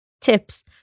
Tips